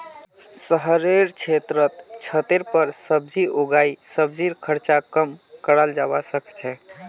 शहरेर क्षेत्रत छतेर पर सब्जी उगई सब्जीर खर्च कम कराल जबा सके छै